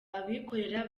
abikorera